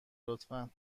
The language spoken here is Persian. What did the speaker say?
لطفا